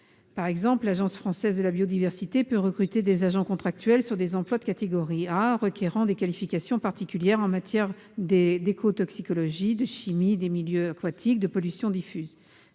Par exemple, l'Agence française pour la biodiversité peut recruter des agents contractuels sur des emplois de catégorie A requérant des qualifications particulières en matière d'écotoxicologie, de chimie des milieux aquatiques ou de pollution diffuse.